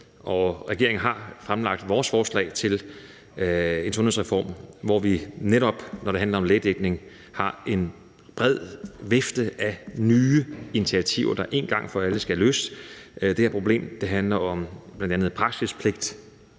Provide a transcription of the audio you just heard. regeringen fremlagt vores forslag til en sundhedsreform, hvor vi, netop når det handler om lægedækning, har en bred vifte af nye initiativer, der en gang for alle skal løse det her problem. Det handler bl.a. om praksispligt,